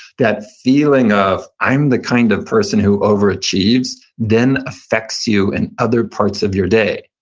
that feeling of i'm the kind of person who overachieves then affects you in other parts of your day.